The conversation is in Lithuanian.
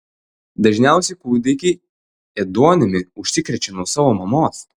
dažniausiai kūdikiai ėduonimi užsikrečia nuo savo mamos